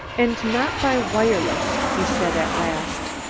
and not by wireless, he said at last.